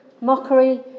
mockery